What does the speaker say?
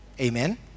amen